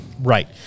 right